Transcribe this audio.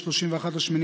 31 באוגוסט,